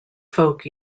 folk